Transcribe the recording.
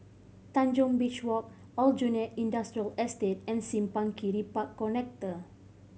Tanjong Beach Walk Aljunied Industrial Estate and Simpang Kiri Park Connector